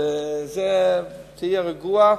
תהיה רגוע.